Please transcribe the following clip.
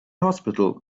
hospital